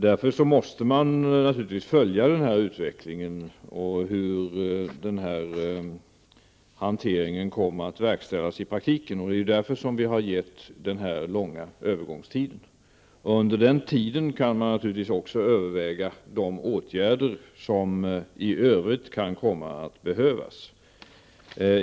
Därför måste man naturligtvis följa utvecklingen och se hur hanteringen verkställs i praktiken. Vi har därför en sådan lång övergångstid. Under denna tid kan man även överväga de åtgärder som i övrigt kan komma att behövas.